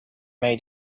made